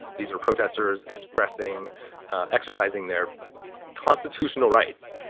these are protesters expressing exercising their constitutional rights.